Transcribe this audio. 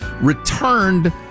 returned